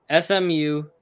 SMU